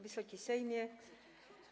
Wysoki Sejmie!